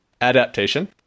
adaptation